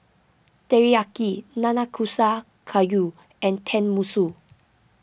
Teriyaki Nanakusa Gayu and Tenmusu